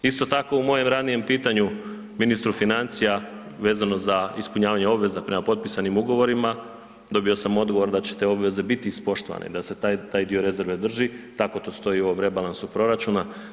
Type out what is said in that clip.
Isto tako u mojem ranijem pitanju ministru financija vezano za ispunjavanje obveza prema potpisanim ugovorima, dobio sam odgovor da će te obveze biti ispoštovane, da se taj dio rezerve drži, tako to stoji u ovom rebalansu proračuna.